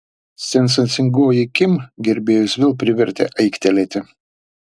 sensacingoji kim gerbėjus ir vėl privertė aiktelėti